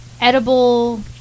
Edible